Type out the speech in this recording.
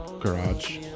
garage